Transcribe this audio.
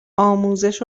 آموزش